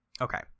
Okay